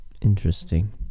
interesting